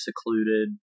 secluded